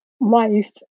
life